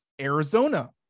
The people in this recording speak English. Arizona